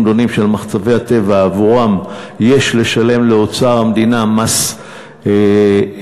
של מחצבי הטבע שעבורם יש לשלם לאוצר המדינה מס אמת.